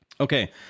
Okay